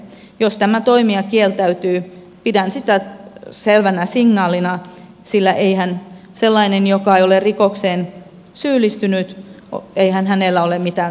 jos tämä toimija kieltäytyy pidän sitä selvänä signaalina sillä eihän sellaisella joka ei ole rikokseen syyllistynyt ole mitään salattavaa